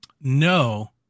No